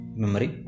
memory